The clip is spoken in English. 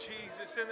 Jesus